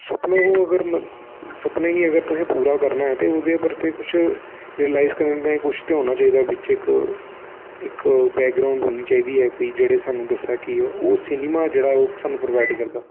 सपनों को अगर सपनें गी अगर तुसें पूरा करना ऐ ते ओह्दे पर ते कुछ रिलाइज करने ताईं कुछ ते होना चाहिदा बिच्च इक इक बैकग्रोंउड होनी चाहिदी ऐ कि कोई जेह्ड़ी सानू दस्से कि ओह् सिनेमा जेह्ड़ा ऐ ओह् सानू प्रोवाइड करदा